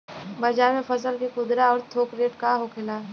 बाजार में फसल के खुदरा और थोक रेट का होखेला?